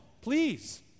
Please